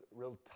real